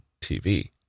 TV